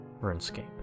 Runescape